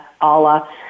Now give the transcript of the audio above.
Allah